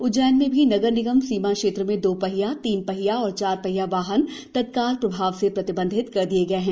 उज्जैन में भी नगर निगम सीमा क्षेत्र में दोपहिया तीन पहिया एवं चार पहिया वाहन तत्काल प्रभाव से प्रतिबंधित कर दिये गए हैं